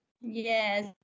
Yes